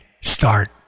start